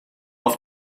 auf